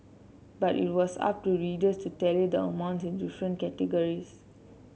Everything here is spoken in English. but it was up to readers to tally the amounts in the different categories